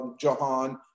Jahan